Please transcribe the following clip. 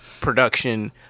production